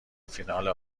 فینال